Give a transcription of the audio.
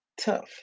tough